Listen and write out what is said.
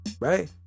right